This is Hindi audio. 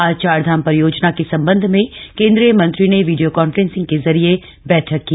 आज चारधाम परियोजना के संबंध में केंद्रीय मंत्री ने वीडियो कॉन्फ्रेंसिंग के जरिए बैठक की